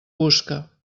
busca